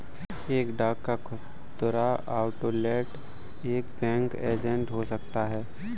एक डाक या खुदरा आउटलेट एक बैंकिंग एजेंट हो सकता है